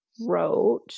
wrote